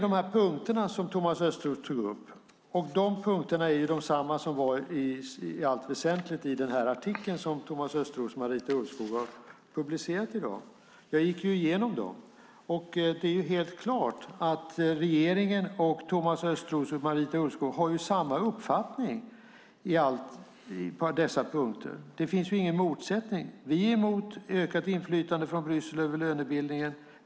De punkter som Thomas Östros tog upp är desamma som i allt väsentligt finns i den artikel som Thomas Östros och Marita Ulvskog har publicerat i dag. Jag gick igenom dem, och det är helt klart att regeringen och Thomas Östros och Marita Ulvskog har samma uppfattning på dessa punkter. Det finns ingen motsättning. Vi är emot ökat inflytande från Bryssel över lönebildningen.